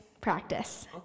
practice